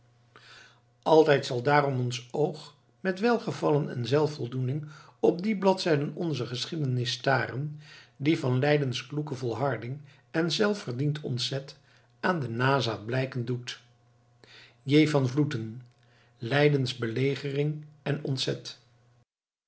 altijd zal daarom ook ons oog met welgevallen en zelfvoldoening op die bladzijde onzer geschiedenis staren die van leidens kloeke volharding en welverdiend ontzet aan den nazaat blijken doet j van vloeten leidens belegering en ontzet